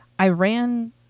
Iran